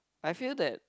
I feel that